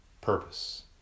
purpose